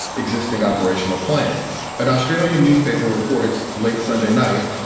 existing operational plans. an australian newspaper reported late sunday night.